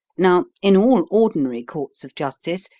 now, in all ordinary courts of justice,